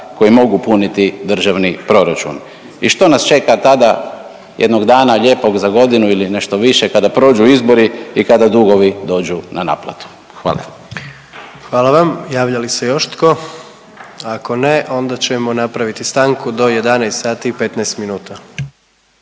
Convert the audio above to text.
koji mogu puniti državni proračun? I što nas čeka tada jednog dana lijepog za godinu ili nešto više kada prođu izbori i kada dugovi dođu na naplatu? Hvala. **Jandroković, Gordan (HDZ)** Hvala vam. Javlja li se još tko? Ako ne onda ćemo napraviti stanku do 11 sati i 15 minuta.